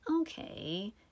okay